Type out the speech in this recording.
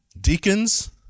deacons